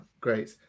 great